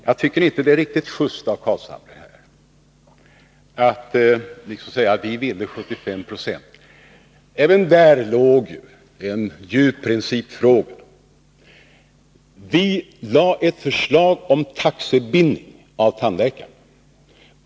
Det är inte riktigt av Nils Carlshamre att söka framställa det så att ni ville ha en 75-procentig ersättningsnivå. Även där låg ju en viktig principfråga till grund. Vi lade fram ett förslag om taxebindning av tandläkarna.